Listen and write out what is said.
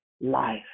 life